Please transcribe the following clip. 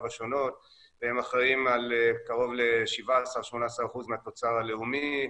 השונות והם אחראים על קרוב ל-17%-18% מהתוצר הלאומי,